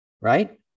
Right